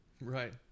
Right